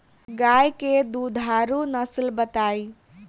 गाय के दुधारू नसल बताई?